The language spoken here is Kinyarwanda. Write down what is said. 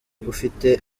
ufite